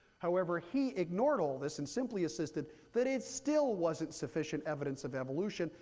however, he ignored all this and simply assisted that it still wasn't sufficient evidence of evolution,